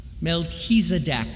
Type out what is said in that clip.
Melchizedek